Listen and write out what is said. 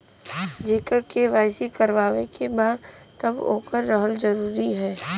जेकर के.वाइ.सी करवाएं के बा तब ओकर रहल जरूरी हे?